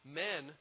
men